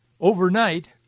Overnight